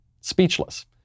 Speechless